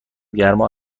گرما